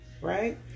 Right